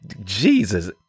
Jesus